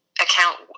account